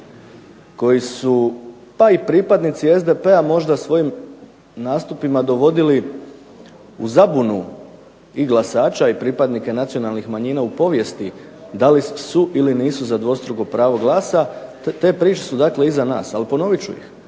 koji su pa i pripadnici SDP-a možda svojim nastupima dovodili u zabunu i glasača i pripadnika nacionalnih manjina u povijesti da li su ili nisu za dvostruko pravo glasa. Te priče su, dakle iza nas. Ali ponovit ću iz.